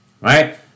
right